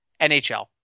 NHL